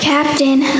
Captain